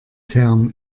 term